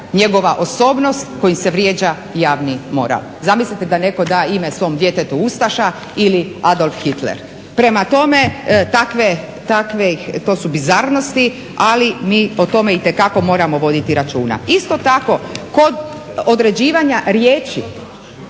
njegova osobnost koji se vrijeđa javni moral. Zamislite da netko da ime svom djetetu Ustaša ili Adolf Hitler. Prema tome, takve to su bizarnosti ali mi o tome itekako moramo voditi računa. Isto tako kod određivanja riječi.